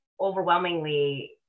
overwhelmingly